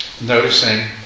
noticing